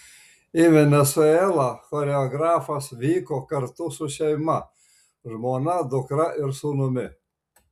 į venesuelą choreografas vyko kartu su šeima žmona dukra ir sūnumi